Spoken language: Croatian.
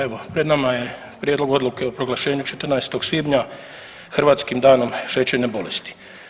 Evo, pred nama je Prijedlog odluke o proglašenju 14. svibnja Hrvatskim danom šećerne bolesti.